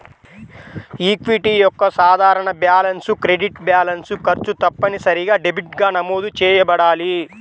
equity యొక్క సాధారణ balance credit balance, ఖర్చు తప్పనిసరిగా డెబిట్గా నమోదు చేయబడాలి